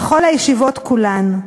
לכל הישיבות כולן.